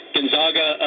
Gonzaga